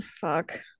Fuck